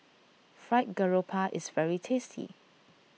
Fried Garoupa is very tasty